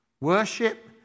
worship